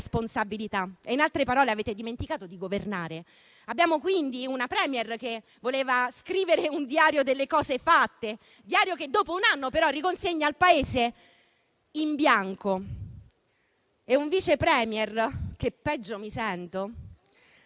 responsabilità. In altre parole, avete dimenticato di governare. Abbiamo quindi una *Premier* che voleva scrivere un diario delle cose fatte, ma dopo un anno lo riconsegna al Paese in bianco, e abbiamo un Vice *Premier* che, peggio mi sento,